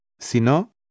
sino